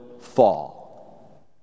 fall